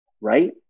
right